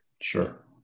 Sure